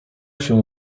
się